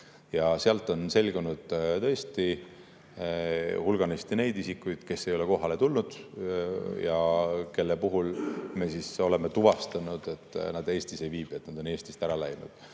On olnud tõesti hulganisti neid isikuid, kes ei ole kohale tulnud ja kelle puhul me oleme tuvastanud, et nad ei viibi Eestis, et nad on Eestist ära läinud.